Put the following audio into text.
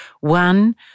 One